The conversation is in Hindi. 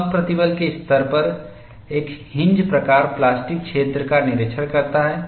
कम प्रतिबल के स्तर पर एक हिन्ज प्रकार प्लास्टिक क्षेत्र का निरीक्षण करता है